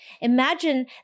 Imagine